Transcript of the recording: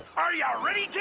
are ya ready,